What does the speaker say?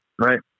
right